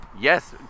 Yes